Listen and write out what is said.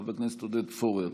חבר הכנסת עודד פורר,